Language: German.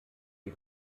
die